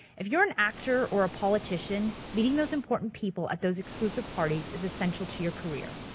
if you're an actor or a politician meeting those important people at those exclusive parties is essential to your career.